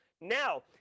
Now